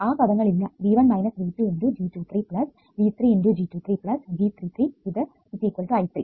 ആ പദങ്ങൾ ഇല്ല V1 V2 × G23 V3 × G23 G33 ഇത് I3